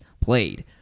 played